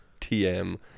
TM